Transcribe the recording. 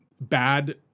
bad